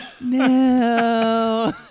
No